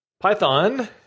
Python